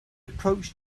approached